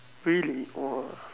really !wow!